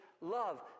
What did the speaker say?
love